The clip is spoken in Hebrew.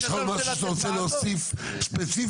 יש משהו שאתה רוצה להוסיף ספציפית?